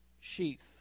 sheath